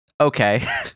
okay